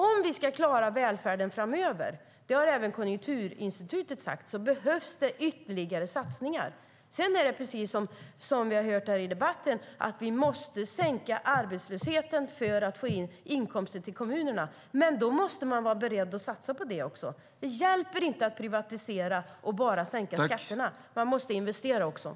Om vi ska klara välfärden framöver - och det har även Konjunkturinstitutet sagt - behövs det ytterligare satsningar. Det är precis som vi har hört här i debatten. Vi måste sänka arbetslösheten för att få in inkomster till kommunerna. Men då måste man också vara beredd att satsa på det. Det hjälper inte att privatisera och bara sänka skatterna. Man måste också investera.